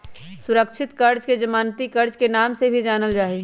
सुरक्षित कर्ज के जमानती कर्ज के नाम से भी जानल जाहई